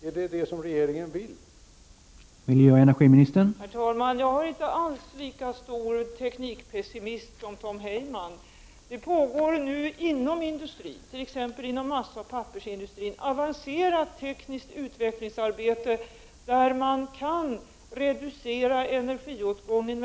Är det detta som regeringen vill uppnå?